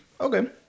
Okay